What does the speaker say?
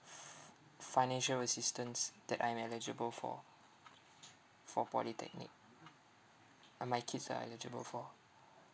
f~ financial assistance that I'm eligible for for polytechnic uh my kids are eligible for